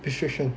restriction